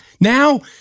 now